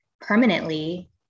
permanently